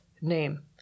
name